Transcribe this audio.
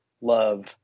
love